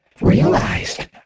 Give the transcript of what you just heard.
realized